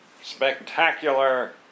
Spectacular